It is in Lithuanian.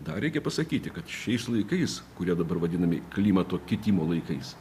dar reikia pasakyti kad šiais laikais kurie dabar vadinami klimato kitimo laikais